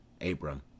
Abram